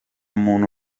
muntu